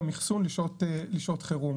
גם אחסון לשעות חירום.